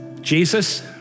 Jesus